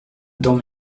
dans